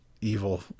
evil